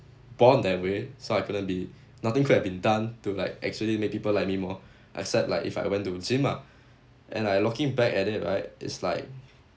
born that way so I couldn't be nothing could have been done to like actually make people like me more except like if I went to gym ah and I looking back at it right it's like